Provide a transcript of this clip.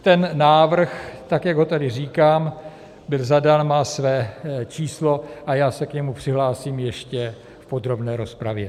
Ten návrh, tak jak ho tady říkám, byl zadán, má své číslo a já se k němu přihlásím ještě v podrobné rozpravě.